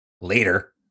later